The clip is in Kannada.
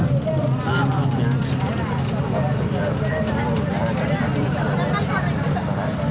ಪಿ.ಎನ್.ಬಿ ಬ್ಯಾಂಕ್ ಸೆಕ್ಯುರಿಟಿ ಕೆಲ್ಸಕ್ಕ ಒಟ್ಟು ಎರಡನೂರಾಯೇರಡ್ ಖಾಲಿ ಹುದ್ದೆ ಅವ ಅಂತ ಅಧಿಸೂಚನೆ ಬಿಟ್ಟಾರ